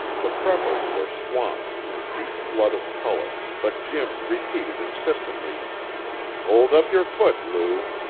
the freckles were swamped in a deep flood of color, but jim repeated insistently hold up your foot, lou.